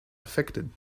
affected